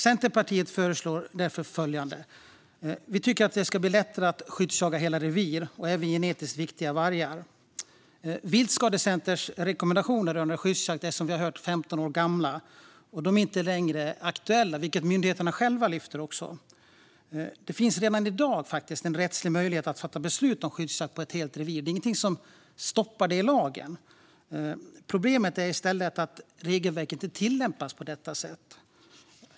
Centerpartiet föreslår därför att det ska bli lättare att skyddsjaga hela revir och även genetiskt viktiga vargar. Viltskadecenters rekommendationer rörande skyddsjakt är, som vi har hört, 15 år gamla och inte längre aktuella, vilket myndigheterna själva lyfter. Det finns faktiskt redan i dag en rättslig möjlighet att fatta beslut om skyddsjakt på ett helt revir. Det finns ingenting i lagen som stoppar det. Problemet är i stället att regelverket inte tillämpas på detta sätt.